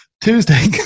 Tuesday